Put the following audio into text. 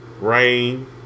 rain